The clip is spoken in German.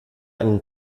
einen